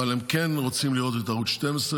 אבל הם כן רוצים לראות את ערוץ 12,